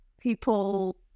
people